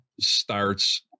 starts